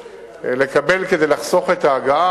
כדי לחסוך את ההגעה.